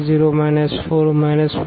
51T